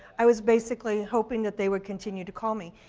i was basically hoping that they would continue to call me.